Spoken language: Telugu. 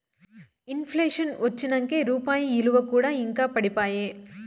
ఇన్ ప్లేషన్ వచ్చినంకే రూపాయి ఇలువ కూడా ఇంకా పడిపాయే